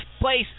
place